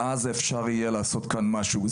ואז אפשר יהיה לעשות כאן משהו.